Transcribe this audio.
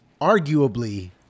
arguably